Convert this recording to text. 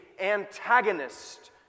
antagonist